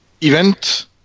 event